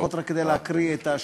לפחות רק כדי להקריא את השמות,